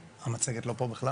אחד, אנחנו רואים את עולם האצת